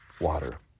water